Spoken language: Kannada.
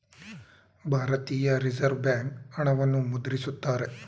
ಭಾರತೀಯ ರಿಸರ್ವ್ ಬ್ಯಾಂಕ್ ಹಣವನ್ನು ಮುದ್ರಿಸುತ್ತಾರೆ